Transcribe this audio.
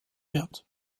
wird